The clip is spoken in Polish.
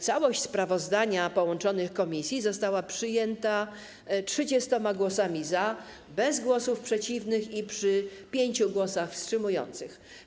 Całość sprawozdania połączonych komisji została przyjęta 30 głosami za, bez głosów przeciwnych i przy pięciu głosach wstrzymujących się.